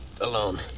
alone